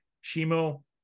Shimo